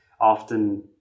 often